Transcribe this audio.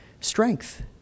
strength